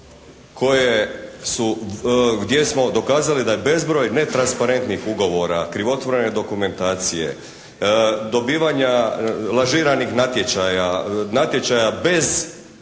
koje su, gdje smo dokazali da je bezbroj netrasparentnih ugovora, krivotvorene dokumentacije, dobivanja lažiranih natječaja, natječaja bez